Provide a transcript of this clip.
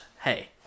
hey